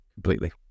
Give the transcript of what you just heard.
Completely